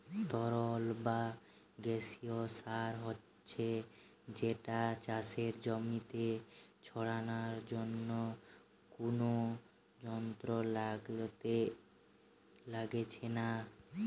তরল বা গেসিও সার হচ্ছে যেটা চাষের জমিতে ছড়ানার জন্যে কুনো যন্ত্র লাগছে না